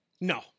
no